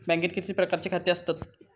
बँकेत किती प्रकारची खाती आसतात?